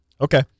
Okay